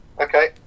Okay